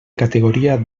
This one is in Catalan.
categoria